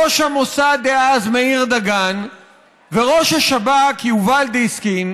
ראש המוסד דאז מאיר דגן וראש השב"כ יובל דיסקין